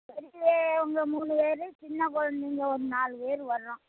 பெருயவங்க மூணு பேர் சின்னக் கொழந்தைங்க ஒரு நாலு பேர் வர்றோம்